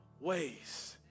ways